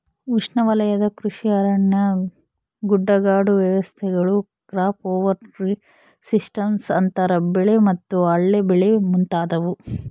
ಉಷ್ಣವಲಯದ ಕೃಷಿ ಅರಣ್ಯ ಗುಡ್ಡಗಾಡು ವ್ಯವಸ್ಥೆಗಳು ಕ್ರಾಪ್ ಓವರ್ ಟ್ರೀ ಸಿಸ್ಟಮ್ಸ್ ಅಂತರ ಬೆಳೆ ಮತ್ತು ಅಲ್ಲೆ ಬೆಳೆ ಮುಂತಾದವು